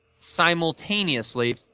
simultaneously